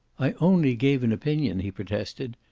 i only gave an opinion, he protested.